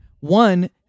One